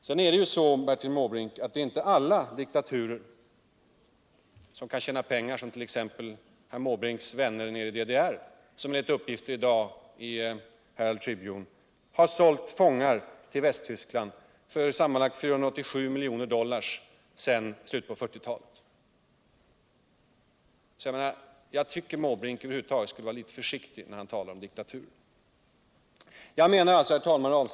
Det är f. ö. inte alla diktaturer, Bertil Mäbrink, som kan tjäna pengar som t.ex. herr Måbrinks vänner i DDR, som enligt uppgifter i Herald Tribune i dag har sålt fångar till Västtyskland för sammanlagt 487 miljoner dohars sedan slutet av 1940-talet. Jag tycker Bertil Måbrink skall var litet försiktig när vecklingsbanken in amerikanska utvecklingsbanken 60 han talar om diktaturer!